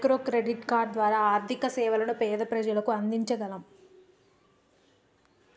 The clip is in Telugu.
మైక్రో క్రెడిట్ ద్వారా ఆర్థిక సేవలను పేద ప్రజలకు అందించగలం